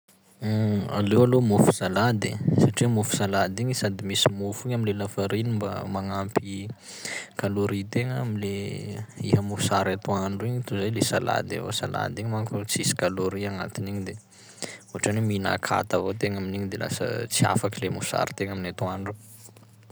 Aleo aloha mofo salady e, satria mofo salady igny sady misy mofo igny am'le lafariny mbama magnampy calorie-n-tegna am'le iha mosary atoandro igny toy zay le salady avao, salady igny manko tsisy calorie agnatin'igny de ohatran'ny hoe mihina kata avao tegna amin'igny de lasa tsy afaky le mosarin-tegna amin'ny atoandro.